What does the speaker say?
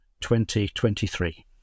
2023